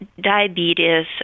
diabetes